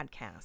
podcast